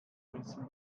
rissen